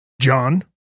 John